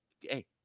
Hey